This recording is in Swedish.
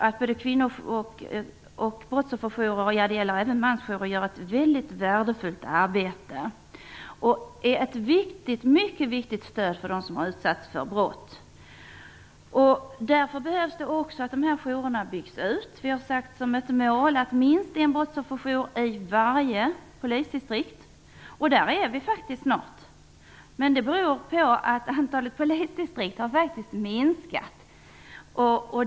Såväl kvinnojourer som brottsofferjourer och även mansjourer utför ett väldigt värdefullt arbete. De utgör ett mycket viktigt stöd för dem som har utsatts för brott. Därför behöver dessa jourer byggas ut. Vi har satt som ett mål att det skall finnas minst en brottsofferjour i varje polisdistrikt. Dit har vi snart nått, men det beror på att antalet polisdistrikt faktiskt har minskat.